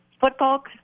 Football